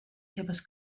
seves